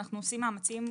אנחנו עושים מאמצים,